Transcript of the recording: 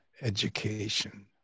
education